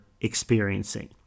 experiencing